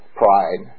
pride